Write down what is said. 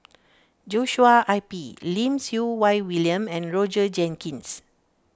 Joshua Ip Lim Siew Wai William and Roger Jenkins